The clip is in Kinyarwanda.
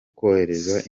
kohereza